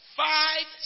five